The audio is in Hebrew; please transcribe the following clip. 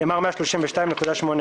נאמר "132.8".